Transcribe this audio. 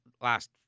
last